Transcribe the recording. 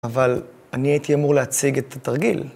אבל אני הייתי אמור להציג את התרגיל.